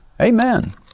Amen